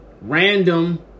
random